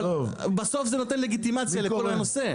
אבל בסוף זה נותן לגיטימציה לכל הנושא.